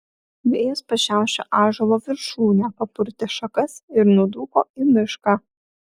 vėjas pašiaušė ąžuolo viršūnę papurtė šakas ir nudūko į mišką